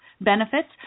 benefits